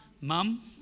Mum